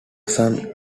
son